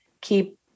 keep